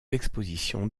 expositions